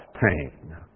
pain